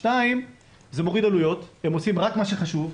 שניים, זה מוריד עלויות, הם עושים רק מה שחשוב,